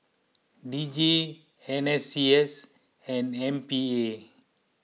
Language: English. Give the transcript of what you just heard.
D J N S C S and M P A